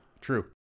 True